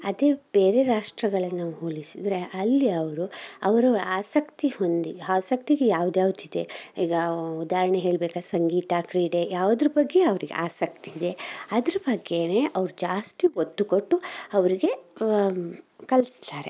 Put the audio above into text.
ಅದೇ ಬೇರೆ ರಾಷ್ಟ್ರಗಳನ್ನು ಹೋಲಿಸಿದರೆ ಅಲ್ಲಿ ಅವರು ಅವ್ರವ್ರ ಆಸಕ್ತಿ ಹೊಂದಿ ಆಸಕ್ತಿಗೆ ಯಾವ್ದು ಯಾವ್ದು ಇದೆ ಈಗಾ ಉದಾಹರ್ಣೆ ಹೇಳ್ಬೇಕು ಸಂಗೀತ ಕ್ರೀಡೆ ಯಾವುದ್ರ ಬಗ್ಗೆ ಅವ್ರಿಗೆ ಆಸಕ್ತಿ ಇದೆ ಅದ್ರ ಬಗ್ಗೇನೇ ಅವ್ರು ಜಾಸ್ತಿ ಹೊತ್ತು ಕೊಟ್ಟು ಅವರಿಗೆ ಕಲಿಸ್ತಾರೆ